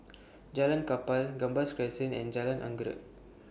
Jalan Kapal Gambas Crescent and Jalan Anggerek